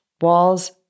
walls